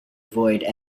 avoid